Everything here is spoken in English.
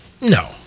No